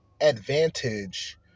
advantage